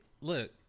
look